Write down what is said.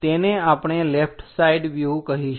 તેને આપણે left side વ્યુહ કહીશું